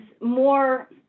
more